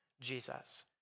Jesus